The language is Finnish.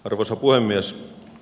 arvoisa puhemies